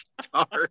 start